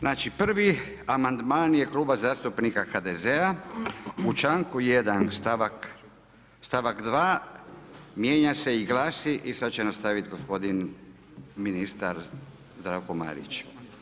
Znači prvi amandman je Kluba zastupnika HDZ-a, u članku 1. stavak 2. mijenja se i glasi i sada će nastaviti gospodin ministar Zdravko Marić.